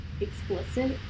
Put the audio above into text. explicit